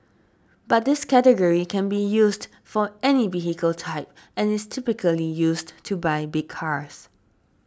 but this category can be used for any vehicle type and is typically used to buy big cars